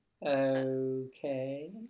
okay